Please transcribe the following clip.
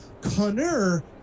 Connor